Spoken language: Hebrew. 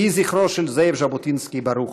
יהי זכרו של זאב ז'בוטינסקי ברוך.